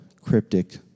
cryptic